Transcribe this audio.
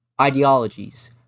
ideologies